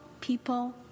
people